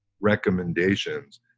recommendations